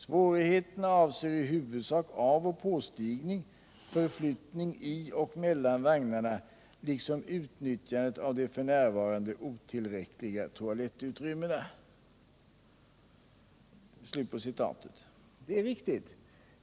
Svårigheterna avser i huvudsak avoch påstigning, förflyttning i och mellan vagnarna liksom utnyttjandet av de f. n. otillräckliga toalettutrymmena.” Det är riktigt.